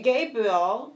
Gabriel